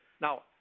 Now